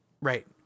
Right